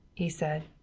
he said.